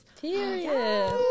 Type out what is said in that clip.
Period